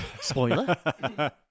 Spoiler